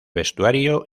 vestuario